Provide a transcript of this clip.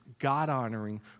God-honoring